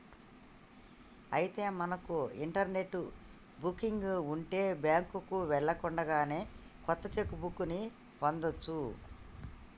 అయితే మనకు internet booking ఉంటే బ్యాంకుకు వెళ్ళకుండానే కొత్త చెక్ బుక్ ని పొందవచ్చు